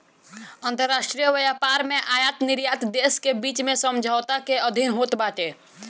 अंतरराष्ट्रीय व्यापार में आयत निर्यात देस के बीच में समझौता के अधीन होत बाटे